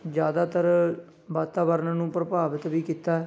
ਜ਼ਿਆਦਾਤਰ ਵਾਤਾਵਰਨ ਨੂੰ ਪ੍ਰਭਾਵਿਤ ਵੀ ਕੀਤਾ